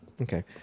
okay